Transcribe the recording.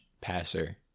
passer